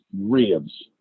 ribs